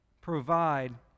provide